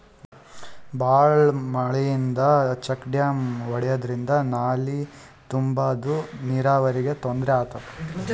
ಭಾಳ್ ಮಳಿಯಿಂದ check dam ಒಡ್ಯಾದ್ರಿಂದ ನಾಲಿ ತುಂಬಾದು ನೀರಾವರಿಗ್ ತೊಂದ್ರೆ ಆತದ